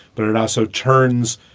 but it also turns,